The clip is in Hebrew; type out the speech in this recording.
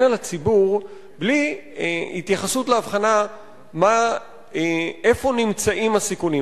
על הציבור בלי התייחסות להבחנה איפה נמצאים הסיכונים.